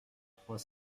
trois